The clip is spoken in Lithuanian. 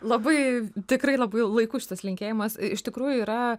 labai tikrai labai laiku šitas linkėjimas iš tikrųjų yra